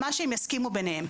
מה שהם יסכימו ביניהם.